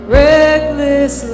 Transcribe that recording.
reckless